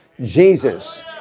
Jesus